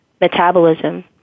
metabolism